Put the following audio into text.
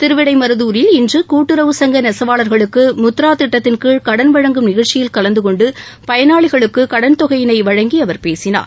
திருவிடைமருதூரில் இன்று கூட்டுறவு சங்க நெசவாளர்களுக்கு முத்ரா திட்டத்தின் கீழ் கடன் வழங்கும் நிகழ்ச்சியில் கலந்து கொண்டு பயனாளிகளுக்கு கடன் தொகையினை வழங்கி அவர் பேசினார்